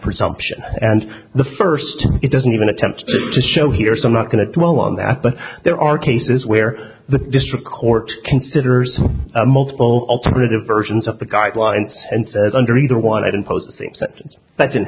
presumption and the first it doesn't even attempt to show here so i'm not going to dwell on that but there are cases where the district court considers multiple alternative versions of the guidelines and says under either one i don't post things that didn't